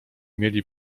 mieli